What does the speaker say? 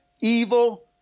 evil